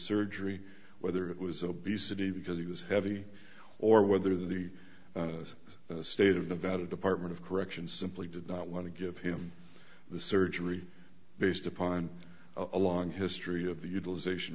surgery whether it was obesity because he was heavy or whether the state of nevada department of corrections simply did not want to give him the surgery based upon a long history of the utilization